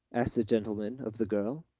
asked the gentleman of the girl.